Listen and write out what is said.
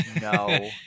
no